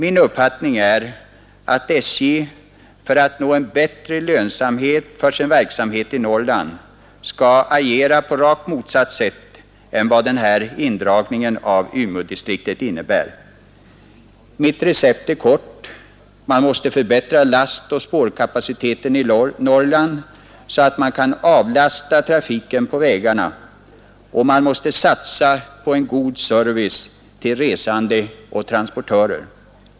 Min uppfattning är att SJ, för att nå en bättre lönsamhet för sin verksamhet i Norrland, skall agera på ett sätt rakt motsatt det som indragningen av Umeådistrikten innebär. Mitt recept är kort: Förbättra lastoch spårkapaciteten i Norrland, så att man kan avlasta trafiken på landsvägarna, och satsa på en god service till resande och transportörer!